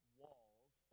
walls